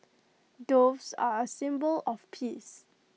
doves are A symbol of peace